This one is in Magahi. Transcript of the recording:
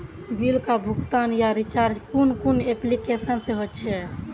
बिल का भुगतान या रिचार्ज कुन कुन एप्लिकेशन से होचे?